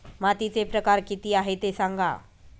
मातीचे प्रकार किती आहे ते सांगा